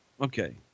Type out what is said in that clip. Okay